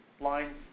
line